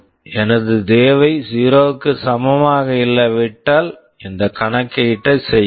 எனது தேவை ஜீரோ 0 க்கு சமமாக இல்லாவிட்டால் இந்த கணக்கீட்டைச் செய்யுங்கள்